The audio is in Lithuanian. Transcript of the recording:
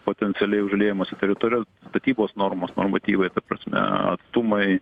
potencialiai užliejamose teritorijo statybos normos normatyvai ta prasme atstumai